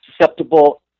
susceptible